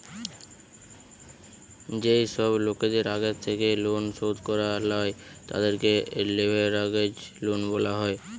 যেই সব লোকদের আগের থেকেই লোন শোধ করা লাই, তাদেরকে লেভেরাগেজ লোন বলা হয়